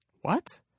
What